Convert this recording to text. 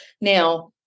Now